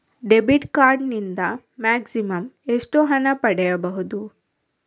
Debit card ನಿಂದ maximum ಎಷ್ಟು ಹಣ ಪಡೆಯಬಹುದು?